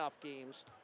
games